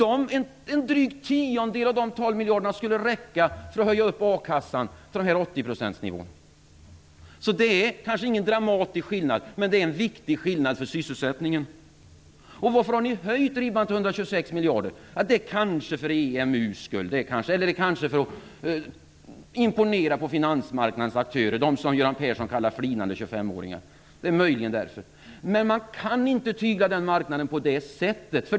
En dryg tiondel av de 12 miljarderna skulle räcka för att höja upp a-kassan till 80-procentsnivån. Det är kanske inte någon dramatiska skillnad. Men det är en viktig skillnad för sysselsättningen. Varför har ni höjt ribban till 126 miljarder? Det är kanske för EMU:s skull, eller kanske för att imponera på finansmarknadens aktörer; de som Göran Persson kallar flinande 25-åringar. Det är möjligen därför. Men man kan inte tygla den marknaden på det sättet.